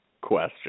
question